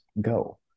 go